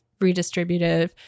redistributive